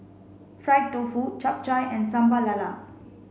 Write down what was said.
fried tofu Chap Chai and Sambal Lala